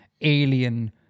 alien